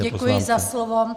Děkuji za slovo.